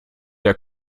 der